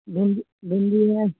भिंडी भिंडी है